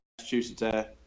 Massachusetts